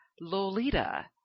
Lolita